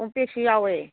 ꯀꯣꯝꯄ꯭ꯔꯦꯛꯁꯨ ꯌꯥꯎꯋꯦ